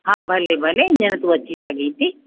हा भले भले हीअंर तू अची सघे थी